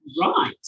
right